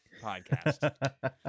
podcast